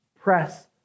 Press